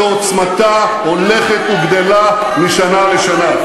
שעוצמתה הולכת וגדלה משנה לשנה,